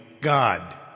God